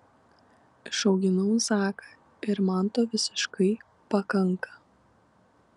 išauginau zaką ir man to visiškai pakanka